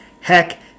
Heck